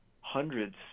hundreds